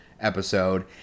episode